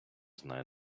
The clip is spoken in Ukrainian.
знає